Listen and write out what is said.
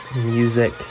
music